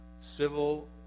Civil